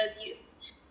abuse